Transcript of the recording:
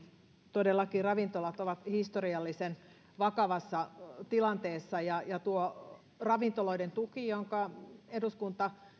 todellakin ravintolat ovat historiallisen vakavassa tilanteessa ja ja tuo ravintoloiden tuki jonka eduskunta